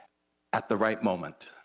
at the right moment.